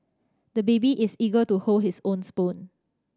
the baby is eager to hold his own spoon